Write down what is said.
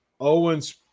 Owens